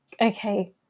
okay